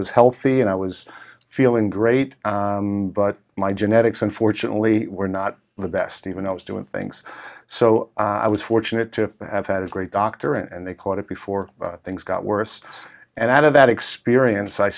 was healthy and i was feeling great but my genetics unfortunately were not the best even i was doing things so i was fortunate to have had a great doctor and they caught it before things got worse and out of that experience i